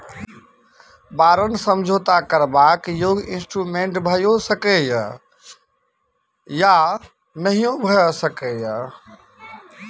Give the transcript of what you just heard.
बारंट समझौता करबाक योग्य इंस्ट्रूमेंट भइयो सकै यै या नहियो भए सकै यै